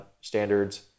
standards